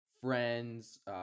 friends